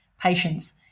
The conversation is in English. patience